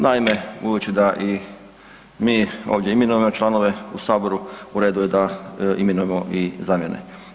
Naime, budući da i mi ovdje imenujemo članove u Saboru u redu je da imenujemo i zamjene.